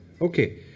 Okay